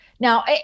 Now